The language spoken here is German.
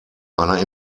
einer